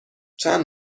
چند